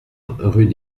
rue